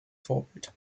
vorbild